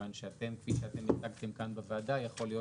מכיוון שכפי שהצגתם כאן בוועדה יכול להיות